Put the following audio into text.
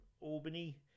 Albany